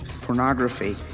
pornography